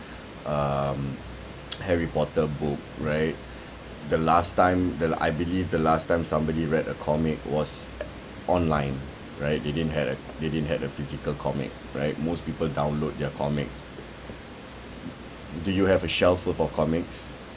um harry potter book right the last time that I believe the last time somebody read a comic was online right they didn't had they didn't had a physical comic right most people download their comics do you have a shelf full of comics